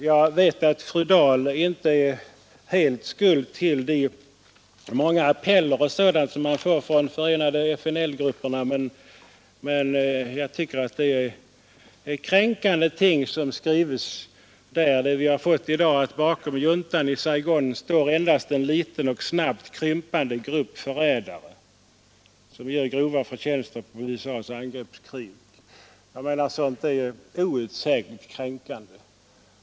Jag vet att fru Dahl inte helt bär skulden för de många appeller som man får från De förenade FNL-grupperna, men jag tycker det är kränkande ting som skrivs där. Vi har fått en skrivelse i dag, där det står att ”bakom juntan i Saigon står endast en liten och snabbt krympande grupp förrädare, som gör grova förtjänster på USA's angreppskrig”. Jag anser att sådant är ou ligt kränkande.